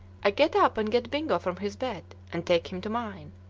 i get up and get bingo from his bed, and take him to mine.